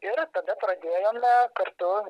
ir tada pradėjome kartu